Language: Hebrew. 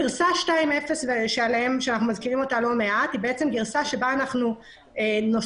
גירסה 2.0 היא גירסה שבה נוסיף